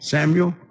Samuel